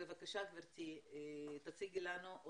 בבקשה, גברתי, תציגי לנו.